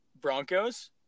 Broncos